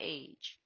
age